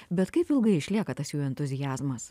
bet kaip ilgai išlieka tas jų entuziazmas